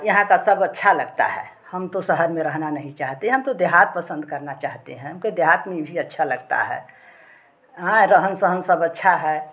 यहाँ का सब अच्छा लगता है हम तो शहर में रहना नहीं चाहते हम तो देहात पसंद करना चाहते हैं हमका देहात में भी अच्छा लगता है हाँ रहन सहन सब अच्छा है